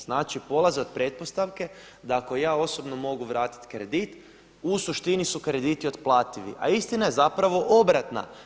Znači polaze od pretpostavke da ako ja osobno mogu vratit kredit u suštini su krediti otplativi, a istina je zapravo obratna.